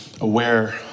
aware